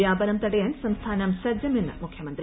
വ്യാപനം തടയാൻ സംസ്ഥാർഗം സജ്ജമെന്ന് മുഖ്യമന്ത്രി